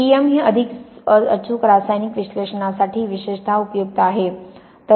T E M हे अधिक अचूक रासायनिक विश्लेषणासाठी विशेषतः उपयुक्त आहे